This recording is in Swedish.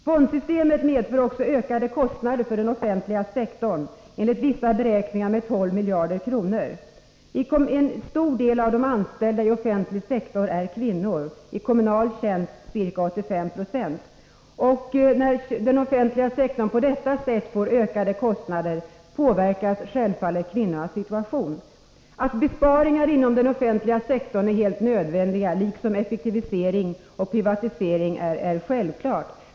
Fondsystemet medför ökade kostnader för den offentliga sektorn — enligt vissa beräkningar med 12 miljarder kronor. En stor del av de anställda i offentlig sektor är kvinnor — i kommunal tjänst ca 85 96. När den offentliga sektorn får ökade kostnader påverkas självfallet kvinnornas situation. Besparingar inom den offentliga sektorn är helt nödvändiga liksom effektivisering och privatisering. Det är självklart.